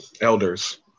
elders